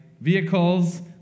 vehicles